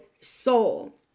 soul